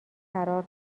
فرار